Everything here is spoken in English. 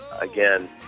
again